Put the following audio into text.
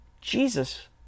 Jesus